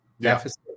deficit